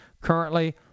currently